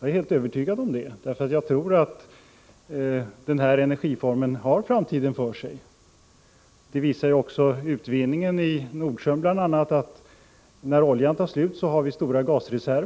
Jag tror nämligen att det här energislaget har framtiden för sig. Bl. a. utvinningen i Nordsjön visar att vi har stora gasreserver när oljan tar slut.